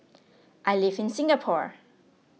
I live in Singapore